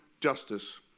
justice